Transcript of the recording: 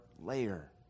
layer